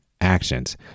actions